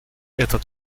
этот